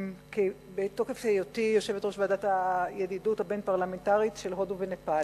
בתוקף היותי יושבת-ראש ועדת הידידות הבין-פרלמנטרית ישראל הודו ונפאל.